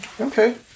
Okay